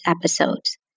episodes